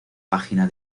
página